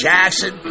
Jackson